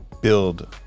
build